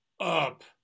up